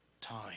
time